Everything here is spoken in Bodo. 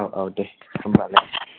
औ औ दे होनबालाय